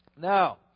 Now